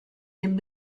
den